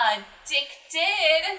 Addicted